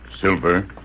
silver